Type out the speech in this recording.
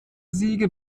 siege